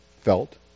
felt